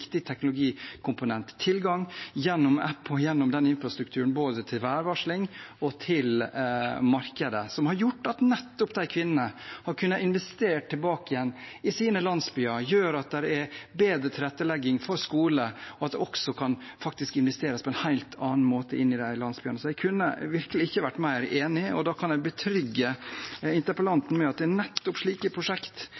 nemlig tilgang gjennom app og den infrastrukturen, både til værvarsling og til markedet. Det har gjort at nettopp de kvinnene har kunnet investere tilbake i landsbyene sine, og det gjør at det er bedre tilrettelegging for skole, og at det kan investeres på en helt annen måte i de landsbyene. Jeg kunne virkelig ikke vært mer enig, og da kan jeg betrygge